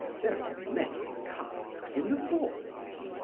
there are many casks in the vaults,